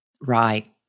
Right